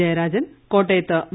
ജയരാജൻ കോട്ടയത്ത് വി